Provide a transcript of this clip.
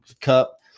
cup